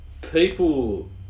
people